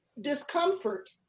discomfort